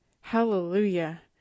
Hallelujah